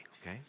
okay